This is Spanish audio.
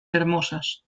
hermosas